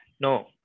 No